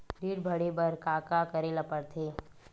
ऋण भरे बर का का करे ला परथे?